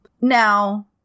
Now